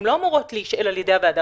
הן לא אמורות להישאל על ידי הוועדה.